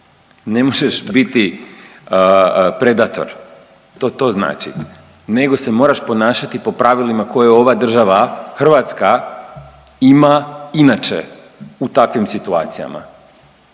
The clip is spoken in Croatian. ne možeš biti predator. To to znači, nego se moraš ponašati po pravilima koja ova država Hrvatska ima inače u takvim situacijama.